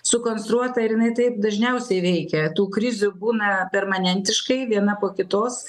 sukonstruota ir jinai taip dažniausiai veikia tų krizių būna permanentiškai viena po kitos